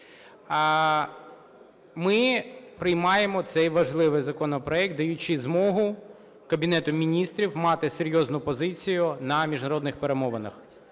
Ми приймаємо цей важливий законопроект, даючи змогу Кабінету Міністрів мати серйозну позицію на міжнародних перемовинах,